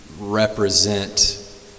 represent